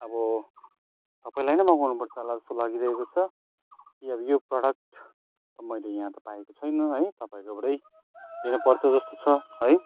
अब तपाईँलाई नै मगाउनु पर्छ होला जस्तो लागिरहेको छ कि अब यो प्रडक्ट मैले यहाँ त पाएको छुइनँ है तपाईँकोबाटै लिनु पर्छ जस्तो छ है